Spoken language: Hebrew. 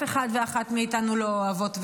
אחד ואחת מאיתנו לא אוהבות ואוהבים,